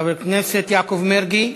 חבר הכנסת יעקב מרגי,